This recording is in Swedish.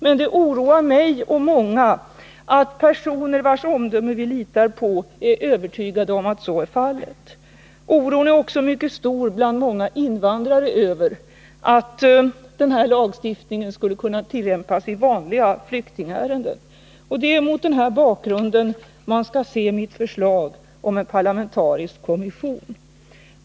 Men det oroar mig och många andra att personer vars omdöme vi litar på är övertygade om att så är fallet. Oron är också mycket stor bland många invandrare över att den här lagstiftningen skulle kunna tillämpas i vanliga flyktingärenden. Det är mot den här bakgrunden man skall se mitt förslag om en parlamentarisk kommission.